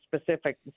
specific